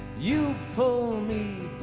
you pull me